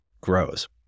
grows